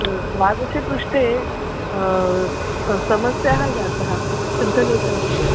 द्वादशपृष्टे समस्याः जाताः शुद्धलेखनस्य